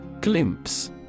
Glimpse